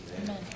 Amen